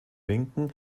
linken